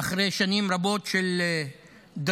אחרי שנים רבות של דרישות.